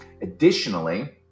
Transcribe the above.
Additionally